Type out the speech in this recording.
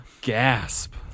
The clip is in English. Gasp